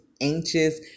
anxious